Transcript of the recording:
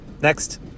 Next